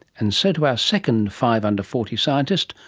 and so to our second five under forty scientist,